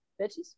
bitches